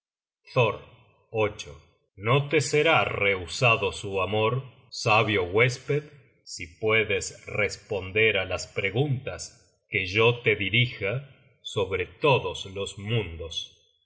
tnon no te será rehusado su amor sabio huésped si puedes responder á las preguntas que yo te dirija sobre todos los mundos